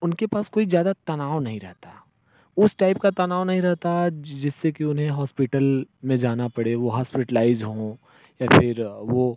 उनके पास कोई ज़्यादा तनाव नहीं रहता उस टाइप का तनाव नहीं रहता है जिससे कि उन्हें हॉस्पिटल में जाना पड़े वह हॉस्पिटलाइज हो या फिर वह